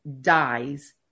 dies